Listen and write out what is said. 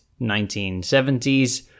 1970s